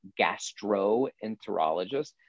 gastroenterologist